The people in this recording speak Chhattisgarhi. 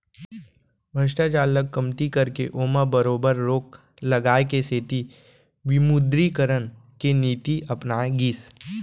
भस्टाचार ल कमती करके ओमा बरोबर रोक लगाए के सेती विमुदरीकरन के नीति अपनाए गिस